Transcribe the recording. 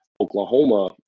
Oklahoma